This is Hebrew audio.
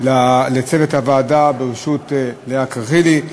לצוות הוועדה בראשות לאה קריכלי,